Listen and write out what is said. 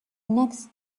next